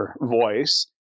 voice